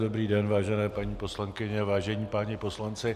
Dobrý den, vážené paní poslankyně, vážení páni poslanci.